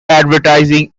advertising